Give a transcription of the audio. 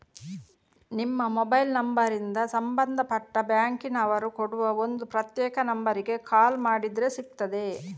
ನಿಮ್ಮ ಮೊಬೈಲ್ ನಂಬರಿಂದ ಸಂಬಂಧಪಟ್ಟ ಬ್ಯಾಂಕಿನ ಅವರು ಕೊಡುವ ಒಂದು ಪ್ರತ್ಯೇಕ ನಂಬರಿಗೆ ಕಾಲ್ ಮಾಡಿದ್ರೆ ಸಿಗ್ತದೆ